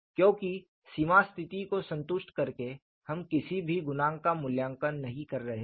क्योंकि सीमा स्थिति को संतुष्ट करके हम किसी भी गुणांक का मूल्यांकन नहीं कर रहे हैं